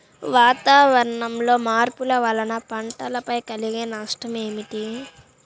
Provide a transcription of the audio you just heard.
వాతావరణంలో మార్పుల వలన పంటలపై కలిగే నష్టం ఏమిటీ?